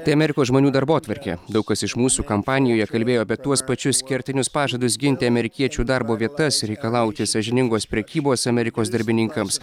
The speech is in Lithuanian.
tai amerikos žmonių darbotvarkė daug kas iš mūsų kampanijoje kalbėjo apie tuos pačius kertinius pažadus ginti amerikiečių darbo vietas reikalauti sąžiningos prekybos amerikos darbininkams